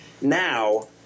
now